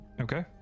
Okay